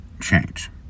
change